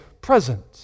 present